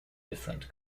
different